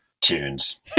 tunes